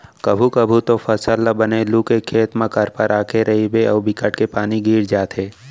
कभू कभू तो फसल ल बने लू के खेत म करपा राखे रहिबे अउ बिकट के पानी गिर जाथे